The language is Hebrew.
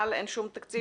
הם לא חייבים לנסוע לים.